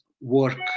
work